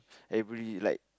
everybody like